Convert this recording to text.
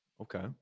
Okay